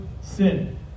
sin